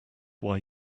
why